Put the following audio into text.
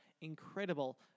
incredible